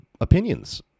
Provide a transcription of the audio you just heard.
opinions